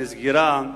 שנסגרה,